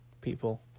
people